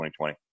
2020